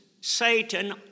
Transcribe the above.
Satan